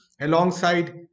alongside